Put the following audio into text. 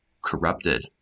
corrupted